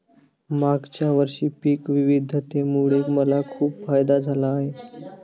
मागच्या वर्षी पिक विविधतेमुळे मला खूप फायदा झाला आहे